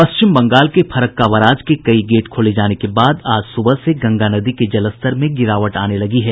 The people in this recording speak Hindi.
पश्चिम बंगाल के फरक्का बराज के कई गेट खोले जाने के बाद आज सुबह से गंगा नदी के जलस्तर में गिरावट आने लगी है